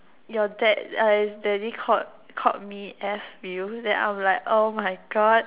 your dad daddy called called me F you then I am like oh my god